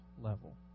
level